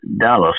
Dallas